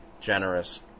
generous